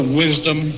wisdom